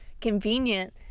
convenient